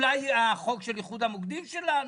אולי חוק איחוד המוקדים שלנו?